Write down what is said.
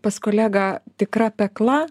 pas kolegą tikra pekla